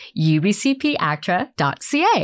ubcpactra.ca